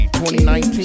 2019